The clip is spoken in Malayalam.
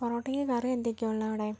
പൊറോട്ടയ്ക്ക് കറി എന്തൊക്കെയാണ് ഉള്ളത് അവിടെ